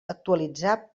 actualitzar